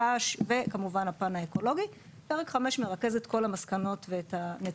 רעש וכמובן הפן האקולוגי; פרק ה' מרכז את כל המסקנות והנתונים.